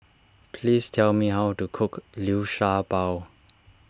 please tell me how to cook Liu Sha Bao